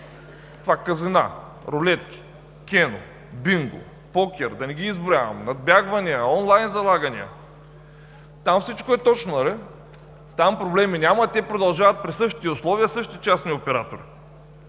Това казина, рулетки, кено, бинго, покер – да не ги изброявам, надбягвания, онлайн залагания, там всичко е точно, нали? Там проблеми няма, те продължават при същите условия, със същите частни оператори,